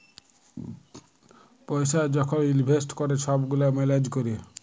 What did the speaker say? পইসা যখল ইলভেস্ট ক্যরে ছব গুলা ম্যালেজ ক্যরে